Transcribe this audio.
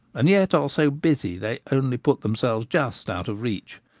and yet are so busy they only put themselves just out of reach,